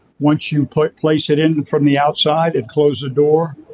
once you put place it in from the outside it closed the door.